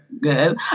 good